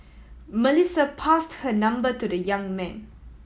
Melissa passed her number to the young man